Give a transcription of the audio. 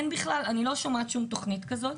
אני לא שומעת שום תוכנית כזאת,